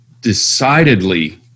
decidedly